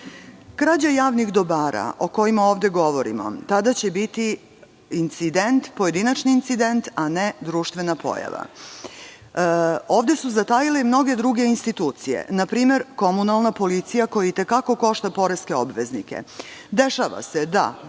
javnih dobara, o kojima ovde govorimo, tada će biti incident, pojedinačni incident, a ne društvena pojava. Ovde su zatajile mnoge druge institucije, npr. komunalna policija, koja i te kako košta poreske obveznike. Dešava se da